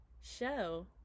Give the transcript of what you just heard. show